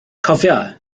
cofia